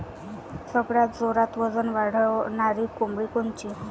सगळ्यात जोरात वजन वाढणारी कोंबडी कोनची?